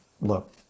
look